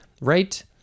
right